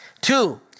Two